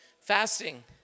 fasting